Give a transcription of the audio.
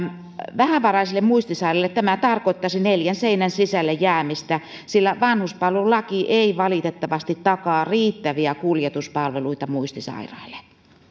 vähävaraisille muistisairaille tämä tarkoittaisi neljän seinän sisälle jäämistä sillä vanhuspalvelulaki ei valitettavasti takaa riittäviä kuljetuspalveluita muistisairaille